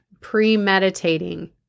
premeditating